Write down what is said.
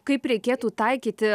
kaip reikėtų taikyti